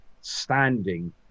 standing